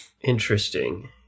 Interesting